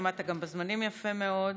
גם עמדת בזמנים יפה מאוד.